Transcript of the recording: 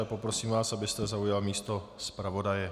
Poprosím vás, abyste zaujal místo zpravodaje.